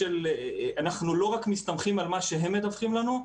אנחנו לא רק מסתמכים על מה שהם מדווחים לנו,